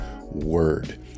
word